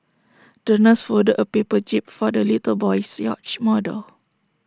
the nurse folded A paper jib for the little boy's yacht model